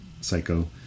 psycho